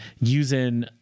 using